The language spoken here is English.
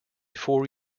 four